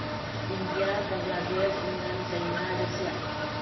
India Bangladesh ꯏꯪꯂꯦꯟ China Russia